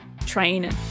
training